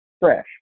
fresh